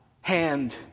hand